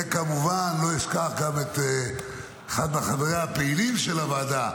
וכמובן לא אשכח גם את אחד מחבריה הפעילים של הוועדה,